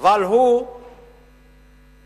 אבל הוא לא משפר את מצבם